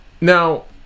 now